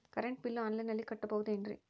Current bill ಆನ್ಲೈನಿನಲ್ಲಿ ಕಟ್ಟಬಹುದು ಏನ್ರಿ?